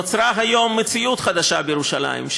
נוצרה היום מציאות חדשה בירושלים,